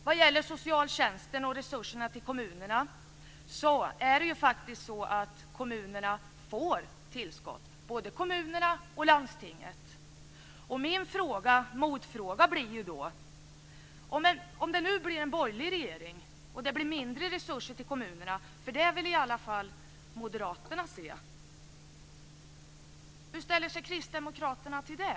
Vad gäller socialtjänsten och resurserna för kommunerna får både kommunerna och landstingen tillskott. Min motfråga blir då: Om det nu blir en borgerlig regering och det blir mindre resurser till kommunerna, för det vill i alla fall Moderaterna se, hur ställer sig Kristdemokraterna till det?